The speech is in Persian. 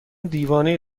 دیوانه